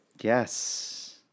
Yes